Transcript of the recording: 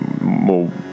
more